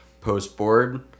post-board